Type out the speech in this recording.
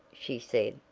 she said,